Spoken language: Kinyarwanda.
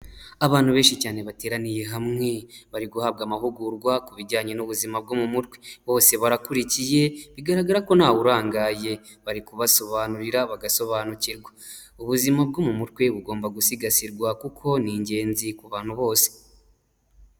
Abantu benshi cyane bateraniye hamwe bari guhabwa amahugurwa ku bijyanye n'ubuzima bwo mu mutwe, bose barakurikiye bigaragara ko nta wurangaye bari kubasobanurira bagasobanukirwa, ubuzima bwo mu mutwe bugomba gusigasirwa kuko ni ingenzi ku bantu bose.